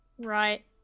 Right